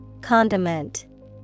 Condiment